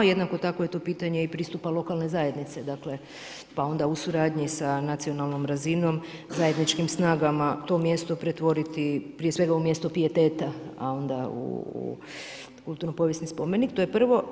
Jednako tako je tu pitanje i pristupa lokalne zajednice, pa onda u suradnji sa nacionalnom razinom zajedničkim snagama to mjesto pretvoriti, prije svega u mjesto pijeteta, a onda u kulturno-povijesni spomenik, to je prvo.